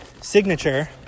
signature